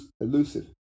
elusive